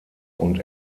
und